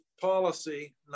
policy